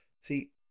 See